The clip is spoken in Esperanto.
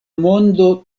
mondo